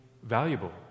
valuable